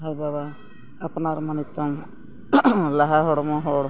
ᱟᱯᱱᱟᱨᱢᱟ ᱱᱤᱛᱚᱜ ᱞᱟᱦᱟ ᱦᱚᱲᱢᱚ ᱦᱚᱲ